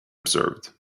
observed